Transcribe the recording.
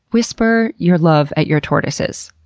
whisper your love at your tortoises,